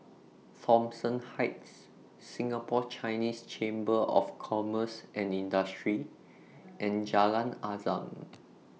Thomson Heights Singapore Chinese Chamber of Commerce and Industry and Jalan Azam